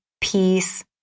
peace